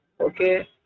okay